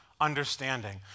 understanding